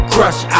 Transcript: Crush